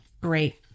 Great